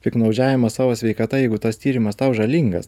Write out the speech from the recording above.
piktnaudžiavimas savo sveikata jeigu tas tyrimas tau žalingas